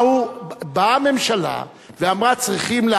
באה הממשלה ואמרה: צריכים,